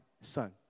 son